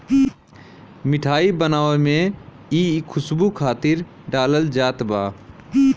मिठाई बनावे में इ खुशबू खातिर डालल जात बा